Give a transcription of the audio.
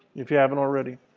if you haven't already.